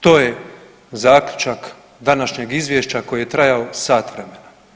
To je zaključak današnjeg izvješća koje je trajalo sat vremena.